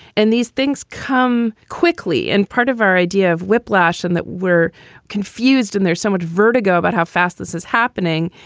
and these things come quickly. and part of our idea of whiplash and that we're confused and there's somewhat vertigo about how fast this is happening.